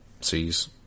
sees